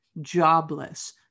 jobless